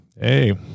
hey